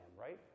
right